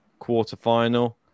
quarterfinal